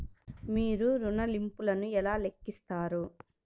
మీరు ఋణ ల్లింపులను ఎలా లెక్కిస్తారు?